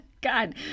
God